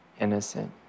innocent